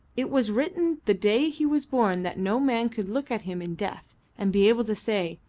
it was written the day he was born that no man could look at him in death and be able to say,